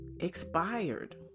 expired